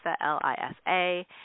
L-I-S-A